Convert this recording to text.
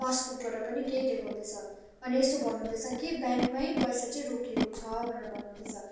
पासबुकबाट पनि केही देखाउँदैछ अनि यस्तो भन्नुहुँदैछ कि ब्याङ्कमै पैसा चाहिँ रोकिएको छ भनेर भन्नुहुँदैछ